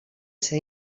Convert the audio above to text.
ser